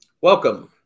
Welcome